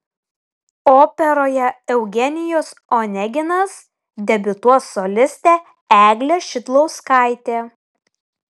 operoje eugenijus oneginas debiutuos solistė eglė šidlauskaitė